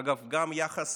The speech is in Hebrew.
אגב, גם יחס